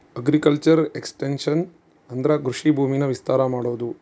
agriculture expansion ಅಂದ್ರೆ ಕೃಷಿ ಭೂಮಿನ ವಿಸ್ತಾರ ಮಾಡೋದು